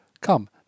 Come